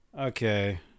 Okay